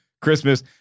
Christmas